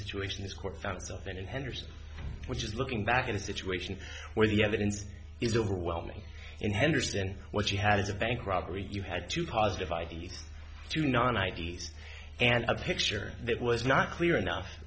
henderson which is looking back in a situation where the evidence is overwhelming in henderson what she has a bank robbery you had to positive id to non ids and a picture that was not clear enough